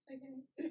Okay